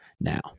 now